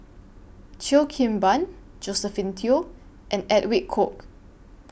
Cheo Kim Ban Josephine Teo and Edwin Koek